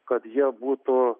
kad jie būtų